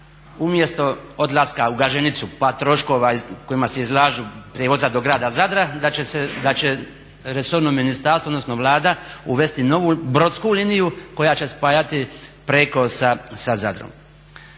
umjesto odlaska u Gaženicu pa troškova kojima se izlažu prijevoza do grada Zadra da će resorno ministarstvo odnosno Vlada uvesti novu brodsku liniju koja će spajati Preko sa Zadrom.